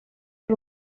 ari